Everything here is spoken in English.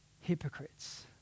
hypocrites